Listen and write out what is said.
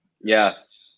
Yes